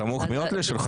סמוך מאוד לשולחנו.